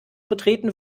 betreten